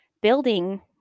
building